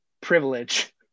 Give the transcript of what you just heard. privilege